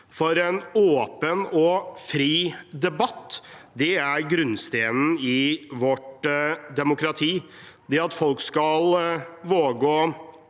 En åpen og fri debatt er grunnsteinen i vårt demokrati. Det at folk skal våge å